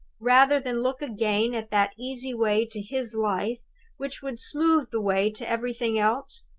rather than look again at that easy way to his life which would smooth the way to everything else?